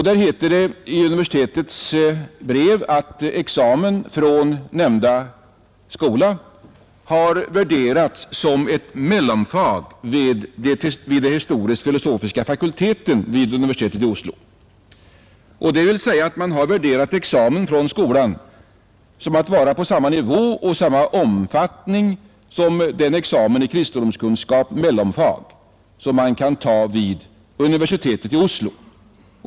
Det står i universitetets brev att examen från nämnda skola har värderats ”som et mellomfag ved Det historisk-filosofiske fakultet ved Universitetet i Oslo”, dvs. att man har värderat examen från skolan som att vara på samma nivå och av samma omfattning som den examen i kristendomskunskap, mellomfag, som man kan avlägga vid universitetet i Oslo.